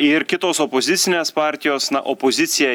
ir kitos opozicinės partijos na opozicija